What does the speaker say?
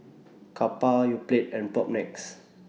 Kappa Yoplait and Propnex